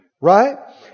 Right